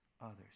others